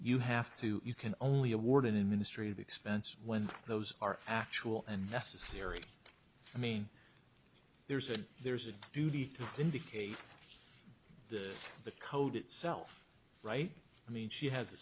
you have to you can only awarded in ministry of expense when those are actual and necessary i mean there's a there's a duty to indicate that the code itself right i mean she has a